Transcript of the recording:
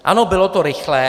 Ano, bylo to rychlé.